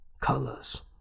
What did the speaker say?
colors